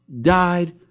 died